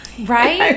Right